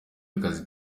akazi